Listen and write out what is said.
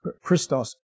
Christos